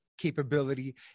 Capability